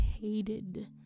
hated